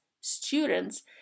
students